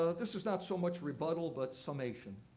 ah this is not so much rebuttal, but summation.